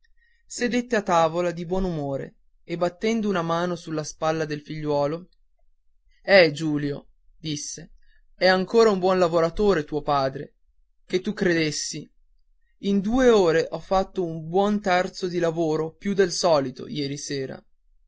sedette a tavola di buonumore e battendo una mano sulla spalla al figliuolo eh giulio disse è ancora un buon lavoratore tuo padre che tu credessi in due ore ho fatto un buon terzo di lavoro più del solito ieri sera